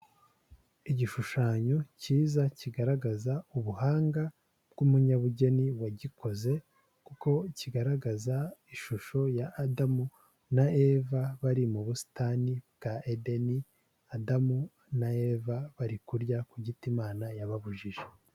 Igishushanyo cyiza kigaragaza ubuhanga bw'umunyabugeni wagikoze kuko kigaragaza ishusho ya Adamu na Eva bari mu busitani bwa Eden, Adamu na Eva bari kurya ku giti Imana yababujije.